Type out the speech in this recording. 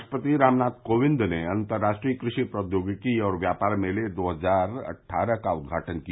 राष्ट्रपति रामनाथ कोविंद ने अंतर्राष्ट्रीय कृषि प्रौद्योगिकी और व्यापार मेले दो हजार अद्ठारह का उदघाटन किया